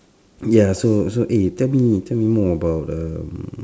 ya so so eh tell me tell me more about um